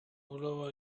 blow